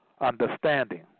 understanding